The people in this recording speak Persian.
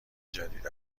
جدید